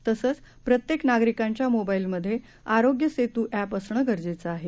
तसंच प्रत्येक नागरिकांच्या मोबाईलमधे आरोग्य सेतू अॅप असणं गरजेचं आहे